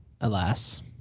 alas